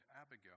Abigail